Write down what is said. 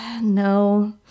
no